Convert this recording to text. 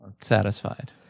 Satisfied